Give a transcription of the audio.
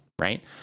Right